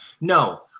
no